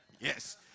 Yes